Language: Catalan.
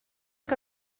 què